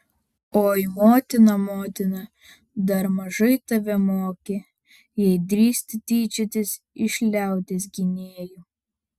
oi motina motina dar mažai tave mokė jei drįsti tyčiotis iš liaudies gynėjų